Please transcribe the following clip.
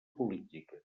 política